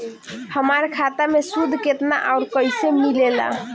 हमार खाता मे सूद केतना आउर कैसे मिलेला?